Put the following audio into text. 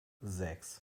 sechs